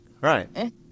Right